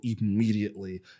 immediately